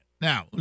Now